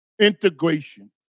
integration